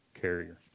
carrier